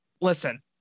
listen